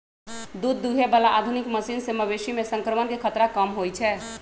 दूध दुहे बला आधुनिक मशीन से मवेशी में संक्रमण के खतरा कम होई छै